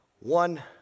One